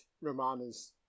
Romana's